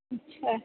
अच्छा